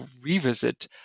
revisit